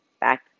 back